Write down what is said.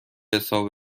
حساب